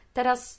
Teraz